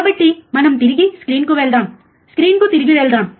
కాబట్టి మనం తిరిగి స్క్రీన్కు వెళ్దాం స్క్రీన్కు తిరిగి వెళ్దాం